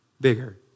bigger